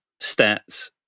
stats